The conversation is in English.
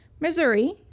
Missouri